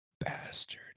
bastard